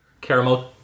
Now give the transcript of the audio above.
Caramel